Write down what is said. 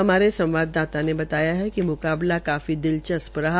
हमारे संवाददाता ने बताया कि मुकाबला काफी दिलचस्पी रहा